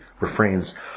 refrains